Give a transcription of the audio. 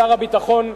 שר הביטחון,